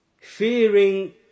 fearing